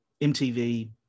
MTV